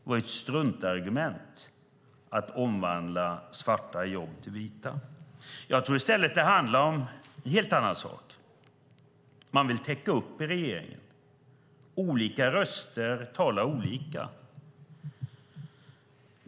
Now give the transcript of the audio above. Det var ett struntargument att omvandla svarta jobb till vita. Jag tror i stället att det handlar om en helt annan sak: Man vill täcka upp för regeringen. Olika röster talar olika.